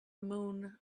moon